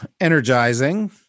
energizing